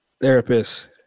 therapist